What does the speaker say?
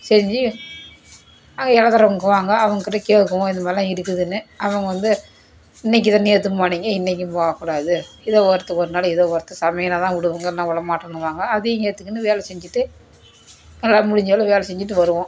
செஞ்சு அங்கே எழுதறவங்க இருக்குவாங்க அவங்க கிட்டே கேட்குவோம் இது மாதிரிலாம் இருக்குதுனு அவங்க வந்து இன்றைக்கு தான் நேற்றும் போனீங்க இன்றைக்கும் போகக்கூடாது ஏதோ வாரத்துக்கு ஒரு நடை ஏதோ ஒருத்த சமயம்னால் தான் விடுவோம் இல்லைனா விட மாட்டோன்னுவாங்க அதையும் ஏற்றுக்கின்னு வேலை செஞ்சுட்டு எங்களால் முடிஞ்சளவு வேலை செஞ்சுட்டு வருவோம்